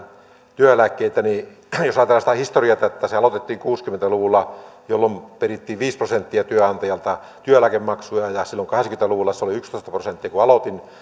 työeläkkeitä ja jos ajatellaan sitä historiaa että se aloitettiin kuusikymmentä luvulla jolloin perittiin viisi prosenttia työnantajalta työeläkemaksuja ja silloin kahdeksankymmentä luvulla kun aloitin se oli yksitoista prosenttia